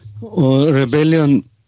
Rebellion